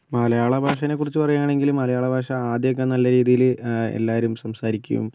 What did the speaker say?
മലയാളഭാഷേനെ കുറിച്ച് പറയുകയാണെങ്കിൽ മലയാള ഭാഷ ആദ്യമൊക്കെ നല്ല രീതിയിൽ എല്ലാവരും സംസാരിക്കും